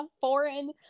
foreign